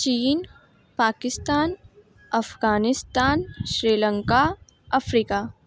China Pakistan Afghanistan Sri Lanka Africa